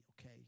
okay